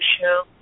show